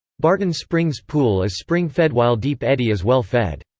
barton springs pool is spring-fed while deep eddy is well-fed.